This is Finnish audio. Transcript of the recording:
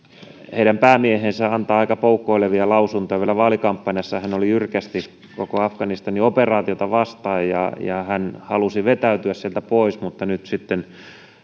heidän päämiehensä antaa aika poukkoilevia lausuntoja vielä vaalikampanjassaan hän oli jyrkästi koko afganistanin operaatiota vastaan ja hän halusi vetäytyä sieltä pois mutta nyt sitten